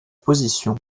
position